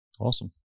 Awesome